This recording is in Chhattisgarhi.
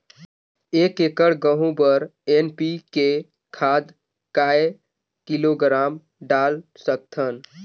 एक एकड़ गहूं बर एन.पी.के खाद काय किलोग्राम डाल सकथन?